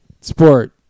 sport